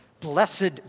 Blessed